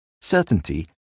Certainty